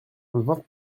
vingt